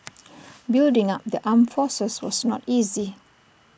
building up the armed forces was not easy